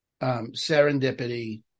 serendipity